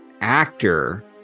actor